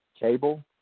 cable